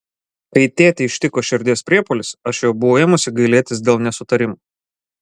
kai tėtį ištiko širdies priepuolis aš jau buvau ėmusi gailėtis dėl nesutarimų